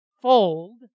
fold